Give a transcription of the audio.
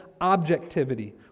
objectivity